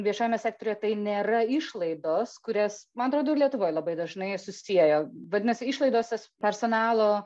viešajame sektoriuje tai nėra išlaidos kurias man atrodo ir lietuvoj labai dažnai susieja vadinasi išlaidos es personalo